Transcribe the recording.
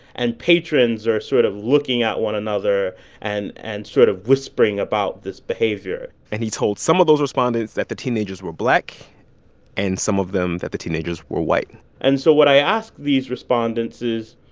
and patrons are sort of looking at one another and and sort of whispering about this behavior and he told some of those respondents that the teenagers were black and some of them that the teenagers were white and so what i asked these respondents is,